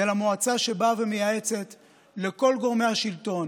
אלא מועצה שבאה ומייעצת לכל גורמי השלטון,